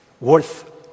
worth